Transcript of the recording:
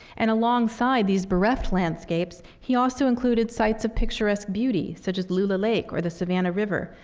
and alongside these bereft landscapes, he also included sites of picturesque beauty, such as lula lake or the savannah river,